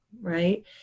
Right